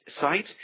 site